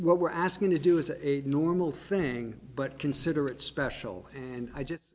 what we're asking to do is a normal thing but consider it special and i just